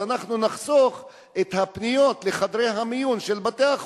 אז אנחנו נחסוך מספרים גדולים של פניות לחדרי המיון של בתי-החולים.